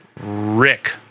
Rick